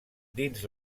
dins